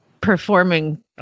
performing